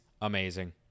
amazing